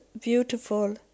beautiful